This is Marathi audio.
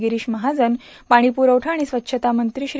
गिरीश महाजन पाणी पुरवठा आणि स्वच्छता मंत्री श्री